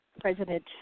President